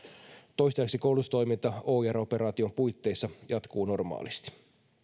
toistaiseksi koulutustoiminta oir operaation puitteissa jatkuu normaalisti